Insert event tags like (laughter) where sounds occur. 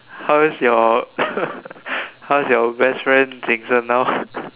how's your (laughs) how's your best friend Jason now